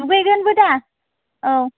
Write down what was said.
दुगैगोनबो दा औ